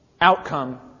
outcome